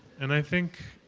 and i think,